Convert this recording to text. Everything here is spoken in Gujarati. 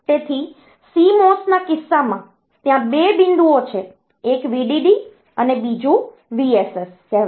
તેથી CMOS ના કિસ્સામાં ત્યાં 2 બિંદુઓ છે એક VDD અને બીજુ VSS કહેવાય છે